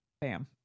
bam